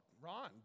Ron